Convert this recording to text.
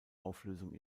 auflösung